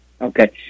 Okay